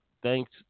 thanks